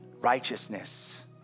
righteousness